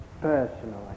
personally